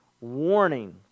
warning